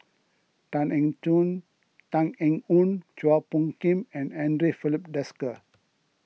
Tan Eng Joon Tan Eng Yoon Chua Phung Kim and andre Filipe Desker